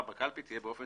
בקלפי תהיה באופן